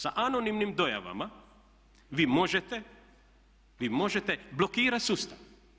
Sa anonimnim dojavama vi možete, vi možete blokirati sustav.